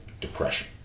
depression